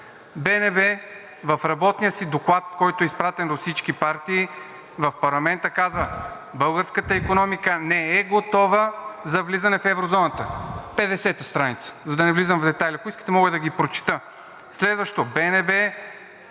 БНБ в работния си доклад, който е изпратен до всички партии в парламента, казва: „Българската икономика не е готова за влизане в еврозоната.“ Петдесета страница, за да не влизам в детайли. Ако искате, мога да ги прочета. Следващо, БНБ